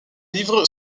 livre